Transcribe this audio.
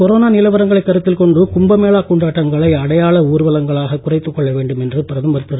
corona நிலவரங்களை கருத்தில் கொண்டு கும்பமேளா கொண்டாட்டங்களை அடையாள ஊர்வலங்களாக குறைத்துக் கொள்ள வேண்டும் என்று பிரதமர் திரு